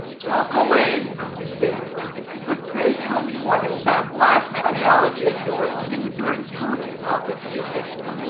talk away, disdainfully but pray tell me what has that last analogy of yours to do with your intelligence office business?